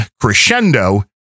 crescendo